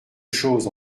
choses